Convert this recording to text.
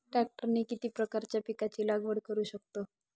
ट्रॅक्टरने किती प्रकारच्या पिकाची लागवड करु शकतो?